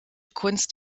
kunst